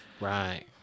Right